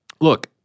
look